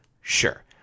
Sure